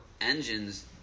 engines